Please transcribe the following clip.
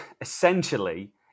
essentially